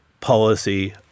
policy